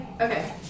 Okay